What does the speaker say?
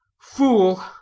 Fool